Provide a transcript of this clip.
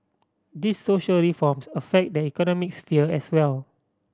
these social reforms affect the economic sphere as well